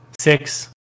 six